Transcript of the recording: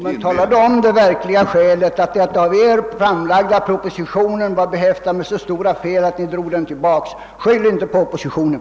Herr talman! Men tala då om det verkliga skälet, herr justitieminister, nämligen att den av er framlagda propositionen var behäftad med så stora fel att ni drog den tillbaka. Skyll inte på oppositionen!